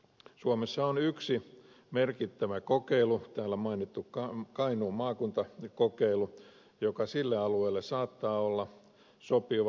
suomessa on yksi merkittävä kokeilu täällä mainittu kainuun maakuntakokeilu joka sille alueelle saattaa olla sopiva